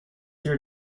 their